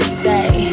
say